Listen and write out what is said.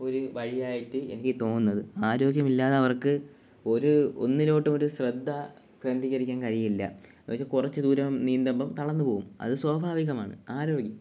ഒരു വഴിയായിട്ട് എനിക്ക് തോന്നുന്നത് ആരോഗ്യം ഇല്ലാത്തവർക്ക് ഒരു ഒന്നിലോട്ടും ഒരു ശ്രദ്ധ കേന്ദ്രീകരിക്കാൻ കഴിയില്ല എന്നുവച്ചാല് കുറച്ച് ദൂരം നീന്തമ്പം തളർന്നു പോകും അത് സ്വഭാവികമാണ് ആരോഗ്യം